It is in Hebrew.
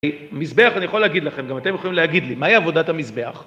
מזבח אני יכול להגיד לכם, גם אתם יכולים להגיד לי, מהי עבודת המזבח?